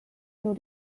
nur